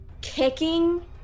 kicking